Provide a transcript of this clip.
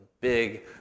big